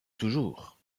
toujours